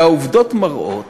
העובדות מראות